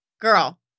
girl